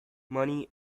money